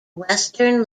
western